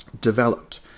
developed